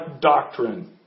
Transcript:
doctrine